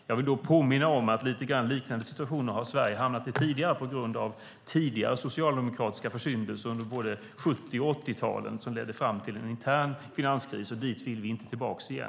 Jag vill påminna om att Sverige har hamnat i liknande situationer tidigare på grund av tidigare socialdemokratiska försyndelser under både 70 och 80-talen. De ledde fram till en intern finanskris, och dit vill vi inte tillbaka igen.